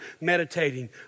meditating